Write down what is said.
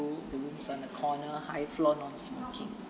the rooms on the corner high floor non smoking